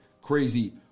crazy